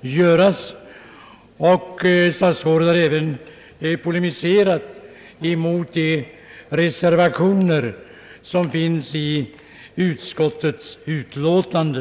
göras, och statsrådet har även polemiserat mot de reservationer som finns fogade vid utskottets utlåtande.